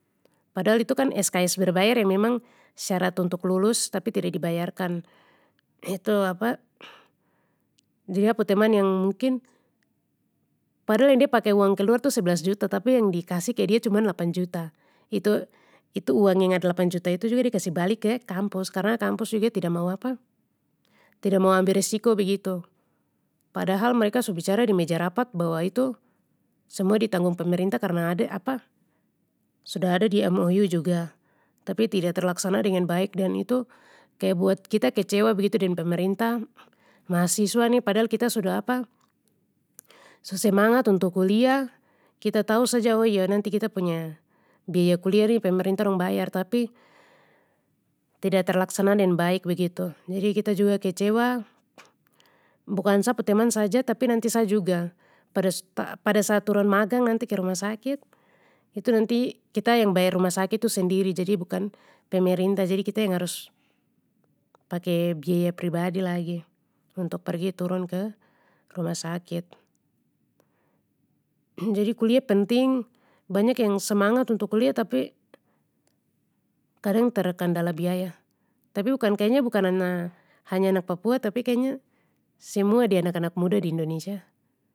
Padahal itu kan sks berbayar yang memang syarat untuk lulus tapi tidak dibayarkan, itu jadi ha pu teman yang mungkin, padahal yang de pake uang keluar itu seblas juta tapi yang dikasih ke dia cuman lapan juta itu-itu uang ingat lapan juta itu juga de kasih balik ke kampus karna kampus juga tida mau tida mau ambil resiko begitu, padahal mereka su bicara di meja rapat bahwa itu semua ditanggung pemerintah karna sudah ada di mou juga tapi tidak terlaksana dengan baik dan itu kaya buat kita kecewa begitu deng pemerintah, mahasiswa ni padahal kita sudah su semangat untuk kuliah, kita tahu saja oh iyo nanti kita punya biaya kuliah ni pemerintah dong bayar tapi tidak tidak terlaksana deng baik begitu, jadi kita juga kecewa, bukan sa pu teman saja tapi nanti sa juga, pada sta-pada saat turun magang nanti ke rumah sakit itu nanti kita yang bayar rumah sakit tu sendiri jadi bukan pemerintah jadi kita yang harus pake biaya pribadi lagi untuk pergi turun ke rumah sakit, jadi kuliah penting banyak yang semangat untuk kuliah tapi, kadang terkendala biaya, tapi bukan kayanya bukan anak, hanya anak papua tapi kayanya, semua de anak anak papua di indonesia.